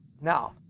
Now